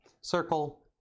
circle